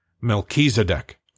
Melchizedek